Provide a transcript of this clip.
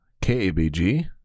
KABG